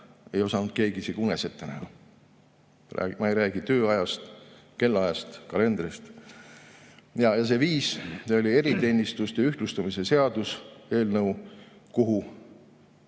ei osanud keegi isegi unes ette näha. Ma ei räägi tööajast, kellaajast, kalendrist. Ja see [muutmise] viis oli eriteenistuste ühtlustamise seaduse eelnõu, kuhu